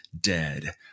dead